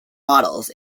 models